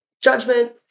judgment